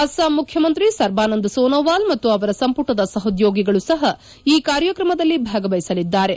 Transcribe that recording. ಅಸ್ಲಾಂ ಮುಖ್ಯಮಂತ್ರಿ ಸರ್ಬಾನಂದ್ ಸೊನೊವಾಲ್ ಮತ್ತು ಅವರ ಸಂಪುಟದ ಸಹೋದ್ಯೋಗಿಗಳು ಸಹ ಈ ಕಾರ್ಯಕ್ರಮದಲ್ಲಿ ಭಾಗವಹಿಸಲಿದ್ದಾರೆ